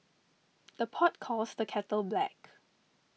the pot calls the kettle black